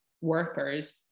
workers